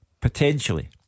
potentially